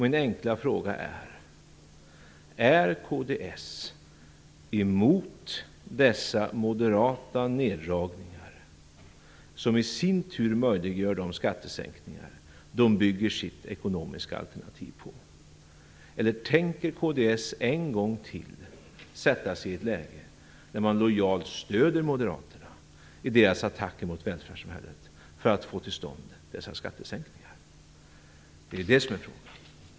Min enkla fråga är: Är kds emot dessa moderata neddragningar, som i sin tur möjliggör de skattesänkningar de bygger sitt ekonomiska alternativ på? Eller tänker kds ännu en gång sätta sig i ett läge där man lojalt stöder moderaterna i deras attacker mot välvärldssamhället för att få till stånd skattesänkningar? Det är frågan.